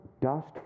dust